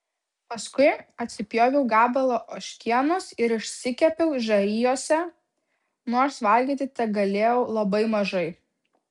paskui atsipjoviau gabalą ožkienos ir išsikepiau žarijose nors valgyti tegalėjau labai mažai